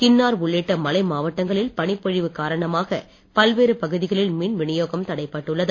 கின்னார் உள்ளிட்ட மலை மாவட்டங்களில் பனிப் பொழிவு காரணமாக பல்வேறு பகுதிகளில் மின் விநியோகம் தடை பட்டுள்ளது